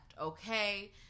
Okay